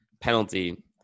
penalty